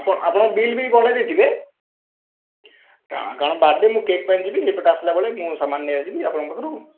ଆପଣଙ୍କ ବିଲ୍ ବି ବଢ଼େଇ ଦେଇଥିବେ କାରଣ ବାର୍ଥଡ଼େ ମୁଁ କେକ୍ ପାଇଁ ଯିବି ହେଇ ପଟେ ଆସିଲା ବେଳେ ମୁଁ ସାମାନ ନେଇ ଆସିବି ଆପଣଙ୍କ ପାଖରୁ